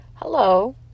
Hello